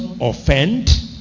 offend